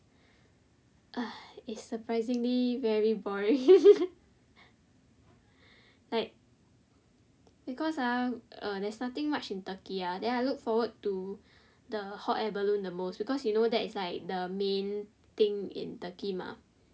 !aiya! it's surprisingly very boring like because ah uh theres nothing much in Turkey ah then I look forward to the hot air balloon the most because you know that is like the main thing in Turkey mah